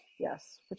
Yes